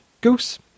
Goose